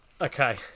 Okay